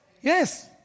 Yes